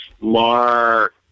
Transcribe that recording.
Mark